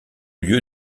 lieu